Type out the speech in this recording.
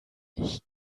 ich